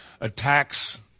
attacks